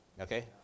Okay